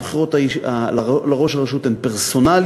הבחירות לראש רשות הן פרסונליות,